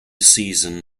season